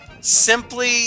simply